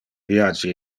viage